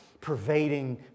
pervading